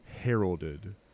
heralded